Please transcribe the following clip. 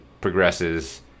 progresses